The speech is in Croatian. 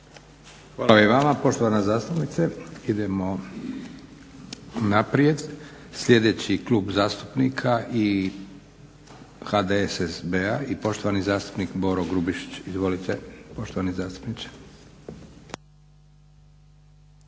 Hvala i vama poštovana zastupnice. Idemo naprijed. Sljedeći Klub zastupnika HDSSB-a i poštovani zastupnik Boro Grubišić. Izvolite poštovani zastupniče.